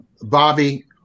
Bobby